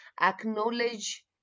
acknowledge